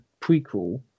prequel